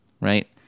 right